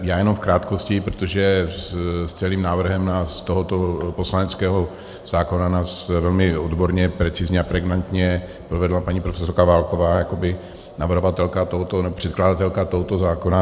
Já jenom v krátkosti, protože s celým návrhem tohoto poslaneckého zákona nás velmi odborně, precizně a pregnantně provedla paní profesorka Válková jako navrhovatelka nebo předkladatelka tohoto zákona.